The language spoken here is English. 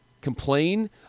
complain